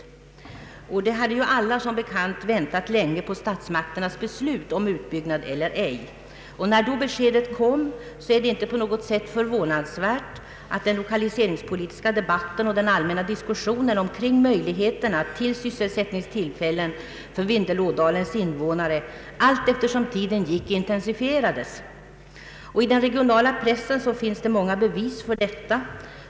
Alla har ju som bekant länge väntat på statsmakternas beslut om en utbyggnad eller ej. När beskedet kom var det inte på något sätt förvånande att den lokaliseringspolitiska debatten och den allmänna diskussionen kring möjligheterna till sysselsättning för Vindelådalens invånare intensifierades allteftersom tiden gick. I den regionala pressen finns det många bevis för detta.